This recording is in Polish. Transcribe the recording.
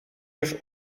już